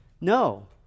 No